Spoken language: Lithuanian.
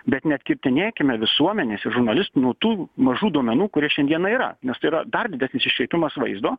bet neatkirtinėkime visuomenės ir žurnalistų nuo tų mažų duomenų kurie šiandieną yra nes tai yra dar didesni iškreipimas vaizdo